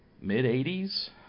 mid-80s